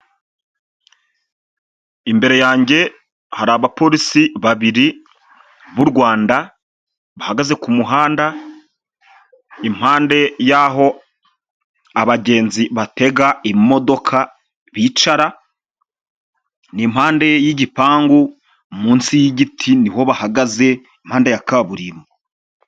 Hano ni muri supamaketi, amatara ari kwaka. Harimo etajeri nyinshi ziriho ibicuruzwa bitandukanye. Ndahabona urujya n'uruza rw'abantu, barimo guhaha.